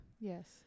Yes